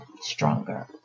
stronger